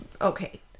okay